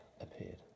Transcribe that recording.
appeared